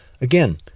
Again